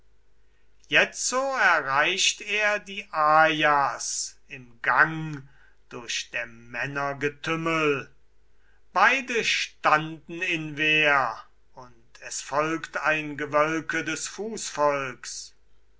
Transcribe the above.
jetzo erreicht er die ajas im gang durch der männer getümmel beide standen in wehr und es folgt ein gewölke des